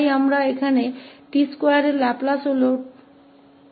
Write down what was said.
तो यहाँ Laplace t2 का है 2